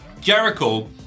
Jericho